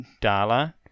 Dala